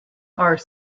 are